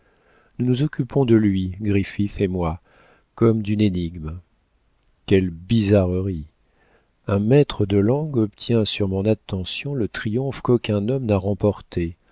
nous nous occupons de lui griffith et moi comme d'une énigme quelle bizarrerie un maître de langues obtient sur mon attention le triomphe qu'aucun homme n'a remporté